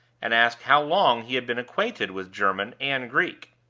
and asked how long he had been acquainted with german and greek.